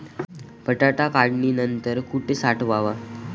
बटाटा काढणी नंतर कुठे साठवावा?